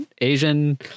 Asian